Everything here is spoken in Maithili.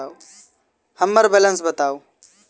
हम्मर बैलेंस बताऊ